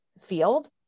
field